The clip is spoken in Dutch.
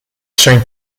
zijn